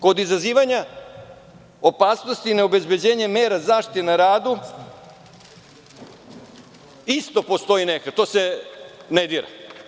Kod izazivanja opasnosti na obezbeđenje mera zaštite na radu isto postoji nehat i to se ne dira.